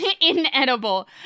Inedible